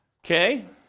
Okay